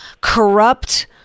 corrupt